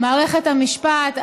מערכת המשפט,